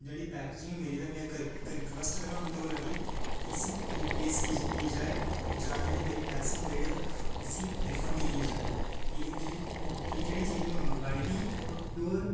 जेह्ड़ी पैकिंग मेरी ते में उं'दे कोला रीक्वेस्ट करना कि इसी रिपलेस कीता जा जां जेह्ड़े मेरे पैसे न उसी रिफंड किये जायें की के जेह्ड़ी चीज़ में मंगवाई दी प्योर